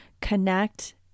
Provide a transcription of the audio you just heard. connect